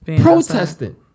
Protesting